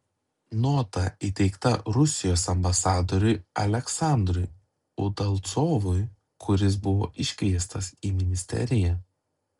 nota įteikta rusijos ambasadoriui aleksandrui udalcovui kuris buvo iškviestas į ministeriją